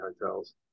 hotels